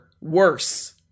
worse